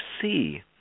see